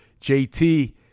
JT